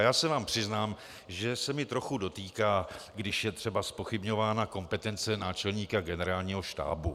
Já se vám přiznám, že se mě trochu dotýká, když je třeba zpochybňována kompetence náčelníka Generálního štábu.